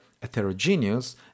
heterogeneous